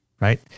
Right